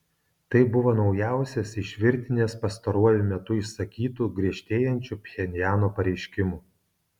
tai buvo naujausias iš virtinės pastaruoju metu išsakytų griežtėjančių pchenjano pareiškimų